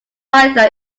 either